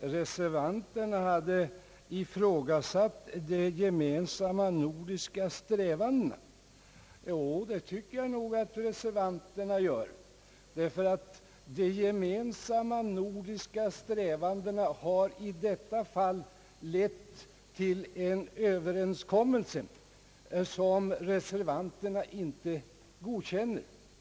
reservanterna inte hade ifrågasatt de gemensamma nordiska strävandena. Jo, det tycker jag nog att reservanterna gör, därför att de gemensamma nordiska strävandena har i detta fall lett till en överenskommelse som reservanterna inte godkänner.